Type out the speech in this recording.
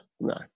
No